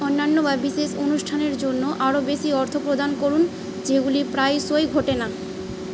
অন্যান্য বা বিশেষ অনুষ্ঠানের জন্য আরও বেশি অর্থ প্রদান করুন যেগুলি প্রায়শই ঘটে না